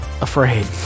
afraid